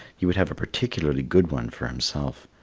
he would have a particularly good one for himself.